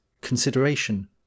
consideration